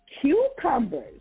Cucumbers